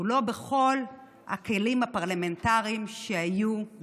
ולא בכל הכלים הפרלמנטריים שהיו מנת חלקו,